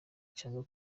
cyangwa